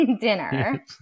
dinner